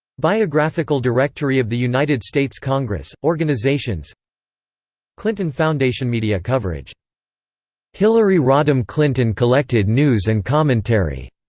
biographical directory of the united states congress organizations clinton foundationmedia coverage hillary rodham clinton collected news and commentary.